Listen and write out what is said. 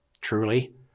truly